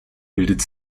bildet